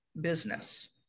business